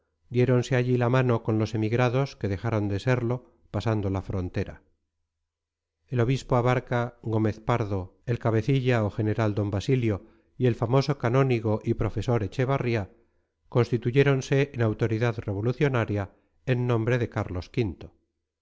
tránsito diéronse allí la mano con los emigrados que dejaron de serlo pasando la frontera el obispo abarca gómez pardo el cabecilla o general d basilio y el famoso canónigo y confesor echevarría constituyéronse en autoridad revolucionaria en nombre de carlos